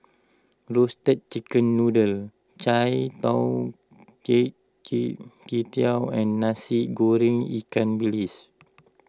Roasted Chicken Noodle Chai Tow and Nasi Goreng Ikan Bilis